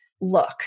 look